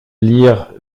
lire